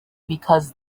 because